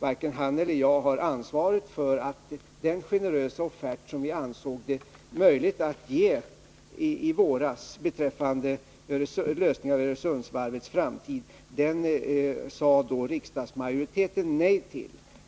Varken han eller jag har ansvaret för att riksdagsmajoriteten avslog den generösa offert som vi ansåg det möjligt att ge i våras beträffande Öresundsvarvets framtid.